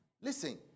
Listen